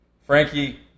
Frankie